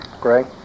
Greg